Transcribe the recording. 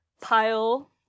pile